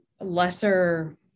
lesser